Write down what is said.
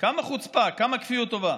כמה חוצפה, כמה כפיות טובה.